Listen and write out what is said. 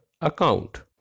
account